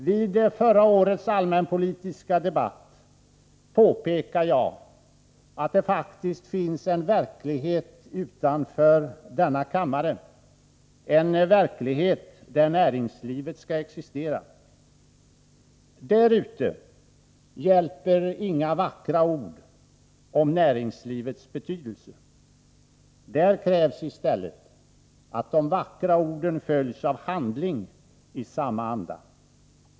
Vid förra årets allmänpolitiska debatt påpekade jag att det faktiskt finns en verklighet utanför denna kammare, en verklighet där näringslivet skall existera. Där ute hjälper inga vackra ord om näringslivets betydelse. Där krävs i stället att de vackra orden följs av handling i samma anda.